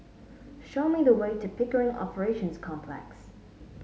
show me the way to Pickering Operations Complex